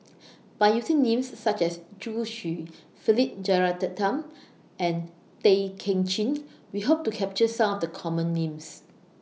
By using Names such as Zhu Xu Philip Jeyaretnam and Tay Kay Chin We Hope to capture Some of The Common Names